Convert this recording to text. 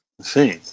See